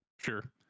Sure